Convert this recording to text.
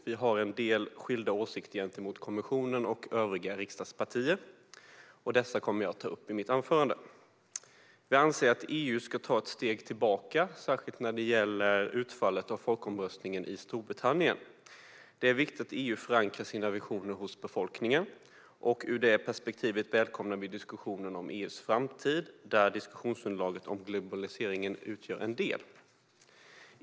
Vi har en del skilda åsikter gentemot kommissionen och övriga riksdagspartier, och jag kommer att ta upp dessa i mitt anförande. Vi anser att EU ska ta ett steg tillbaka, särskilt med tanke på utfallet av folkomröstningen i Storbritannien. Det är viktigt att EU förankrar sina visioner hos befolkningen. Ur det perspektivet välkomnar vi diskussionen om EU:s framtid, där diskussionsunderlaget om globaliseringen utgör en del.